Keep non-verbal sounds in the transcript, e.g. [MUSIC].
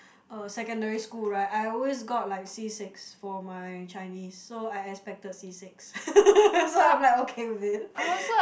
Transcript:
uh secondary school right I always got like C six for my Chinese so I expected C six [LAUGHS] so I'm like okay with it